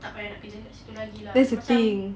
tak payah kerja kat situ lagi lah macam